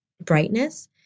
brightness